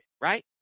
right